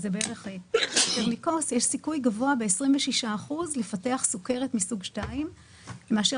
יש להם סיכוי גבוה ב-26% לפתח סוכרת מסוג 2 מאשר